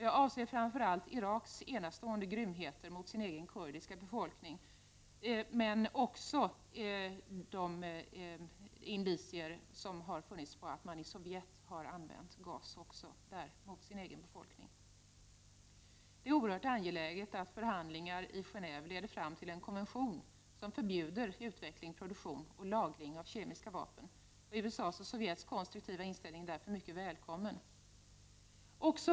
Jag avser framför allt Iraks enastående grymheter mot sin egen kurdiska befolkning, men också de indicier som har funnits på att man i Sovjet har använt gas mot sin egen befolkning. Det är oerhört angeläget att förhandlingarna i Geneve leder fram till en konvention som förbjuder utveckling, produktion och lagring av kemiska vapen. USA:s och Sovjets konstruktiva inställning är därför mycket välkommen.